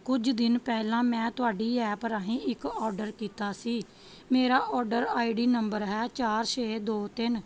ਕੁਝ ਦਿਨ ਪਹਿਲਾਂ ਮੈਂ ਤੁਹਾਡੀ ਐਪ ਰਾਹੀਂ ਇੱਕ ਔਡਰ ਕੀਤਾ ਸੀ ਮੇਰਾ ਔਡਰ ਆਈਡੀ ਨੰਬਰ ਹੈ ਚਾਰ ਛੇ ਦੋ ਤਿੰਨ